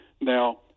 Now